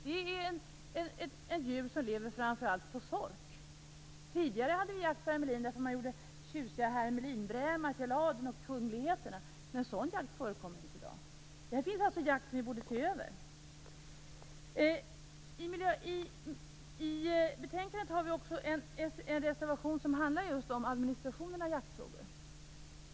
Det är ett djur som lever framför allt på sork. Tidigare hade vi jakt på hermelin därför att man gjorde tjusiga hermelinbrämar till adel och kungligheter. Men sådan jakt förekommer inte i dag. Det är alltså en jakt som vi borde se över. I betänkandet har vi också en reservation som handlar just om administrationen av jaktfrågor.